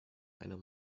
einer